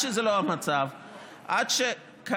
עד שזה לא המצב,